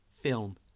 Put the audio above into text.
film